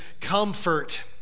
comfort